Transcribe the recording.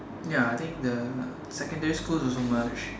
ya I think the secondary schools also merge